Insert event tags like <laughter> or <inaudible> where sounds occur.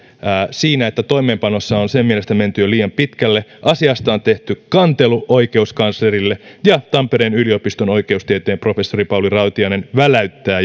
siinä että toimeenpanossa on sen mielestä menty jo liian pitkälle asiasta on myös tehty kantelu oikeuskanslerille ja tampereen yliopiston oikeustieteen professori pauli rautiainen väläyttää <unintelligible>